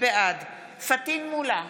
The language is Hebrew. בעד פטין מולא,